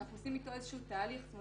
אין